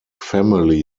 family